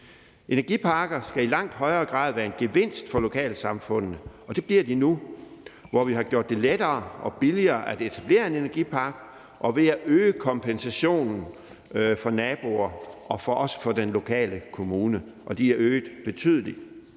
Energiparker skal i langt højere grad være en gevinst for lokalsamfundene, og det bliver de nu, hvor vi har gjort det lettere og billigere at etablere en energipark og øget kompensationen for naboer og også den lokale kommune, og den er øget betydeligt.